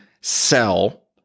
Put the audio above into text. sell